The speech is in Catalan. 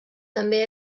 també